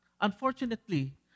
Unfortunately